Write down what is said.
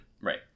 Right